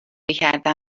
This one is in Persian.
کردن